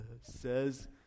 says